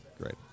Great